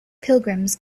pilgrims